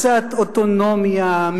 קצת אוטונומיה,